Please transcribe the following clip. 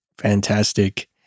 Fantastic